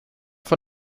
von